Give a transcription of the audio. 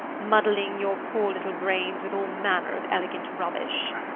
muddling your poor little brains with all manner of elegant rubbish?